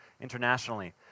internationally